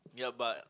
yup but